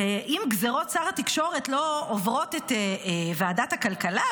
אם גזרות שר התקשורת לא עוברות את ועדת הכלכלה,